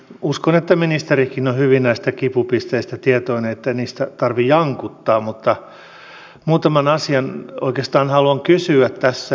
uskon että ministerikin on hyvin näistä kipupisteitä tietoinen ettei niistä tarvitse jankuttaa mutta muutaman asian oikeastaan haluan kysyä tässä